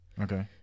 Okay